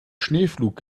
schneepflug